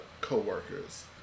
coworkers